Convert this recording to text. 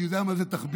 אני יודע מה זה תחביר,